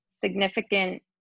significant